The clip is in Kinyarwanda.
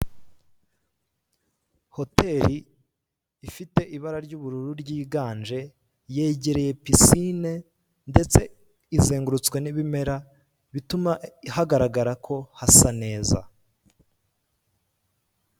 Hoteri ifite ibara ry'ubururu ryinganje, yegereye pisine, ndetse izengurutswe n'ibimera bituma hagaragara ko hasa neza.